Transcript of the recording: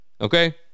okay